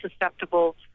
susceptible